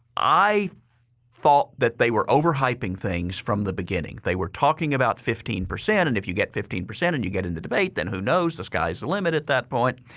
i thought that they were overhyping things from the beginning. they were talking about fifteen percent and if you get fifteen percent, then and you get in the debate. then who knows? the sky is the limit at that point.